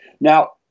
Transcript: Now